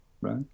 right